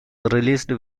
released